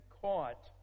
caught